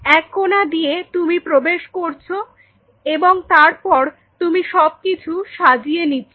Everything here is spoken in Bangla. এক কোণা দিয়ে তুমি প্রবেশ করছ এবং তারপর তুমি সবকিছু সাজিয়ে নিচ্ছ